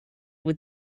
with